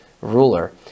ruler